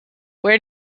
where